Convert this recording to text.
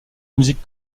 musique